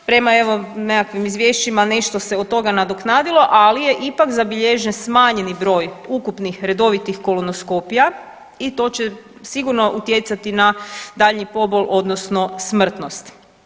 Prema evo nekakvim izvješćima nešto se od toga nadoknadilo ali je ipak zabilježen smanjeni broj ukupnih redovitih kolanoskopija i to će sigurno utjecati na dalji pobol odnosno smrtnost.